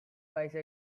bicycles